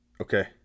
Okay